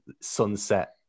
sunset